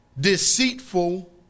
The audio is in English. Deceitful